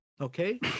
okay